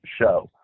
show